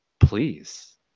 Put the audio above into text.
Please